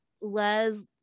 Les